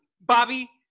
Bobby